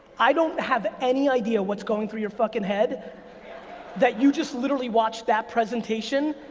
i don't have any idea what's going through your fucking head that you just literally watched that presentation